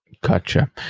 Gotcha